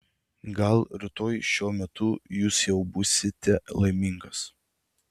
gal rytoj šiuo metu jūs jau būsite laimingas